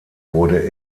wurde